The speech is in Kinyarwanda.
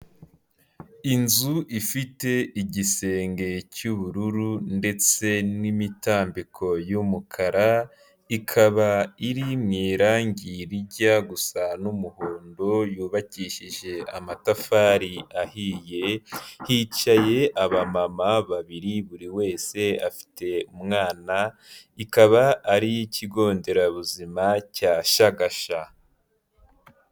Inzu ifite igisenge cy'ubururu ndetse n'imitambiko y'umukara, ikaba iri mui rangi rijya gusa n'umuhondo, yubakishije amatafari ahiye, hicaye abamama babiri, buri wese afite umwana, ikaba ari iy'ikigo nderabuzima cya Shyagashya.